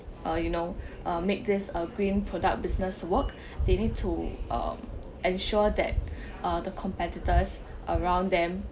uh you know make this a green product business work they need to uh ensure that the competitors around them